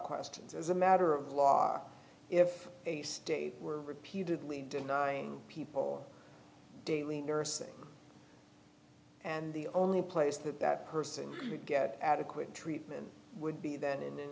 questions as a matter of law if a state were repeatedly denying people daily nursing and the only place that that person could get adequate treatment would be that